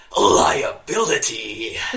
liability